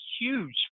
huge